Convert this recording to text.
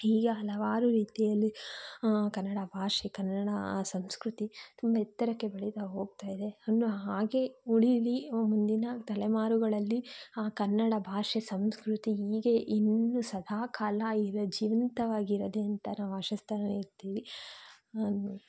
ಹೀಗೆ ಹಲವಾರು ರೀತಿಯಲ್ಲಿ ಕನ್ನಡ ಭಾಷೆ ಕನ್ನಡ ಸಂಸ್ಕೃತಿ ತುಂಬ ಎತ್ತರಕ್ಕೆ ಬೆಳಿತಾ ಹೋಗ್ತಾ ಇದೆ ಇನ್ನೂ ಹಾಗೆ ಉಳಿಯಲಿ ಮುಂದಿನ ತಲೆಮಾರುಗಳಲ್ಲಿ ಆ ಕನ್ನಡ ಭಾಷೆ ಸಂಸ್ಕೃತಿ ಹೀಗೆ ಇನ್ನೂ ಸದಾಕಾಲ ಇದು ಜೀವಂತವಾಗಿರಲಿ ಅಂತ ನಾವು ಆಶಿಸ್ತಾನೂ ಇರ್ತೀವಿ